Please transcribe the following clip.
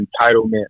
entitlement